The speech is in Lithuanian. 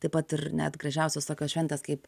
taip pat ir net gražiausios šventės kaip